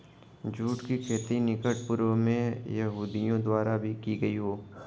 जुट की खेती निकट पूर्व में यहूदियों द्वारा भी की गई हो